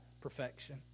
perfection